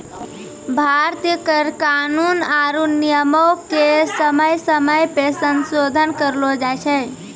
भारतीय कर कानून आरु नियमो के समय समय पे संसोधन करलो जाय छै